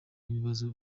bibazo